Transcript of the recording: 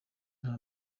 nta